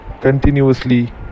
continuously